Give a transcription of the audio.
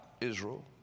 Israel